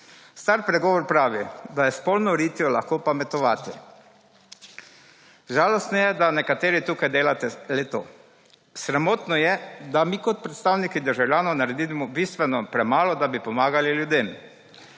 Star pregovor pravi, da je s polno ritjo lahko pametovati žalostno je, da nekateri tukaj delate le-to. Sramotno je, da mi kot predstavniki državljanov naredimo bistveno premalo, da bi pomagali ljudem.